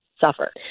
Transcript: Suffer